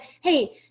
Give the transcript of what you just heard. hey